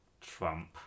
Trump